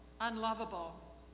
unlovable